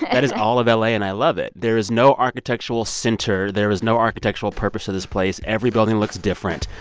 that is all of la, and i love it. there is no architectural center. there is no architectural purpose of this place. every building looks different.